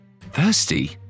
thirsty